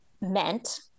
meant